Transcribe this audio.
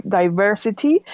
diversity